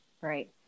right